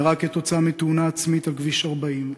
נהרג כתוצאה מתאונה עצמית על כביש 40,